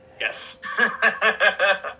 Yes